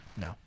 No